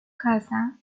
casa